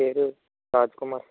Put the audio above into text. పేరు రాజ్ కుమార్